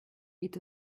est